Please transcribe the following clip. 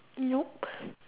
nope